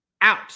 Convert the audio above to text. Out